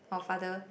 or father